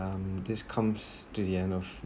um this comes to the end of